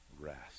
rest